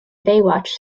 baywatch